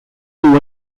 you